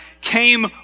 came